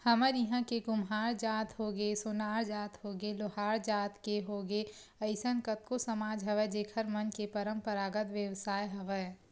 हमर इहाँ के कुम्हार जात होगे, सोनार जात होगे, लोहार जात के होगे अइसन कतको समाज हवय जेखर मन के पंरापरागत बेवसाय हवय